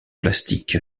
plastique